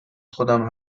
خودم